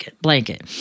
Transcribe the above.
blanket